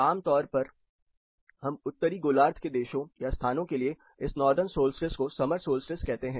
आमतौर पर हम उत्तरी गोलार्ध के देशों या स्थानों के लिए इस नॉर्दन सॉल्स्टिस को समर सोल्स्टिस कहते हैं